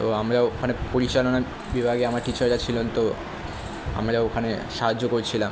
তো আমরা ওখানে পরিচালনা বিভাগে আমার টিচাররা ছিলেন তো আমরা ওখানে সাহায্য করছিলাম